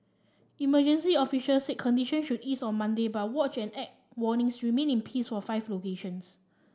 emergency officials said condition should ease on Monday but watch and act warnings remained in peace for five locations